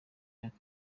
myaka